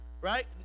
right